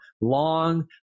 long